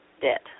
debt